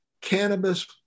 Cannabis